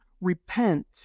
repent